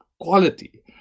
quality